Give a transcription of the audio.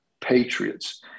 patriots